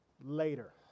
later